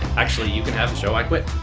actually, you can have the show. i quit.